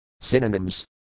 Synonyms